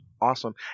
awesome